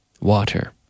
water